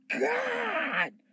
God